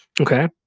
Okay